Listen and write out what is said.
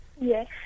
Yes